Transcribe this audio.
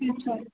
ठीक आहे